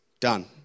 done